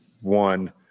one